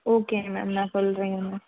okay ma'am நான் சொல்கிறேங்க ma'am